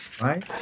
right